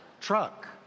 truck